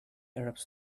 arabs